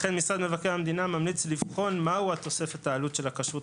לכן משרד מבקר המדינה ממליץ לבחון מהי תוספת העלות של הכשרות